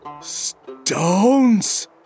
Stones